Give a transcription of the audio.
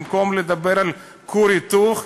במקום לדבר על כור היתוך,